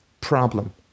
problem